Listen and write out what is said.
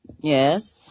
Yes